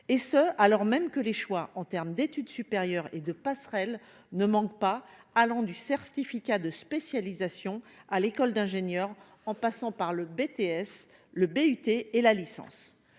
alors même que les choix en matière d'études supérieures et de passerelles ne manquent pas, allant du certificat de spécialisation à l'école d'ingénieur, en passant par le BTS, le bachelor